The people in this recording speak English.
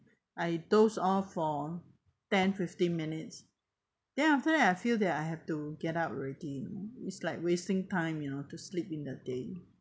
I doze off for ten fifteen minutes then after that I feel that I have to get up already is like wasting time you know to sleep in the day